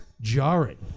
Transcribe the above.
jarring